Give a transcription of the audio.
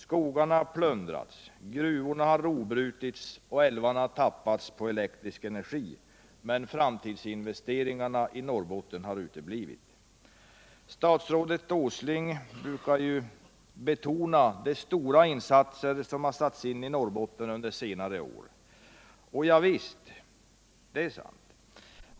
Skogarna har plundrats, gruvorna har rovbrutits och älvarna tappats på elektrisk energi, men framtidsinvesteringarna i Norrbotten har uteblivit. Statsrådet Åsling brukar betona de stora insatser som gjorts i Norrbotten under senare år. Javisst, det är sant.